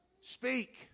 Speak